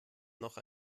noch